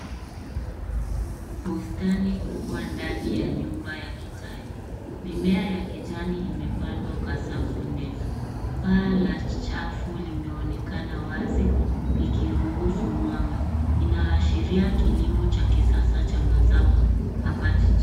Bustani kubwa ndani ya nyumba ya kitalu. Mimea ya kijani imepandwa kwa safu ndefu. Paa la chafu limeonekana wazi likiruhusu mwanga, inaashiria kilimo cha kisasa cha mazao hapa jijini.